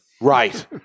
Right